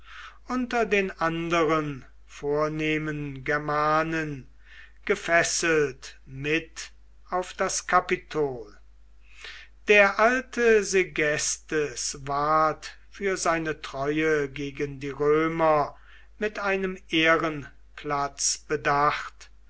unter den anderen vornehmen germanen gefesselt mit auf das kapitol der alte segestes ward für seine treue gegen die römer mit einem ehrenplatz bedacht